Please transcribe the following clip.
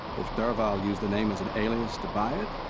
if dervahl used the name as an alias to buy it.